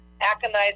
Aconite